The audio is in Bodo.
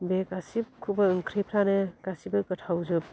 बे गासिबखौबो ओंख्रिफ्रानो गासिबो गोथावजोब